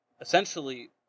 essentially